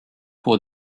pour